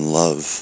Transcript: love